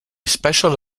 special